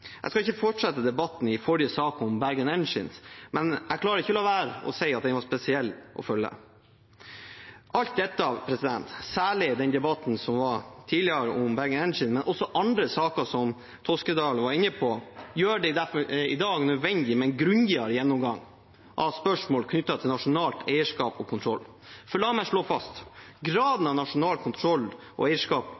Jeg skal ikke fortsette debatten i forrige sak om Bergen Engines, men jeg klarer ikke å la være å si at den var spesiell å følge. Alt dette, særlig debatten som var tidligere, om Bergen Engines, men også andre saker som Toskedal var inne på, gjør det i dag derfor nødvendig med en grundigere gjennomgang av spørsmål knyttet til nasjonalt eierskap og kontroll. For la meg slå fast: Graden